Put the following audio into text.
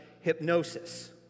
hypnosis